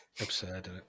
Absurd